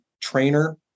trainer